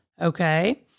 okay